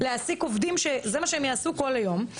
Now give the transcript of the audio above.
להעסיק עובדים שזה מה שהם יעשו כל היום.